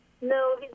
No